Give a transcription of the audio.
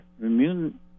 immune